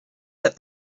that